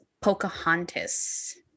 pocahontas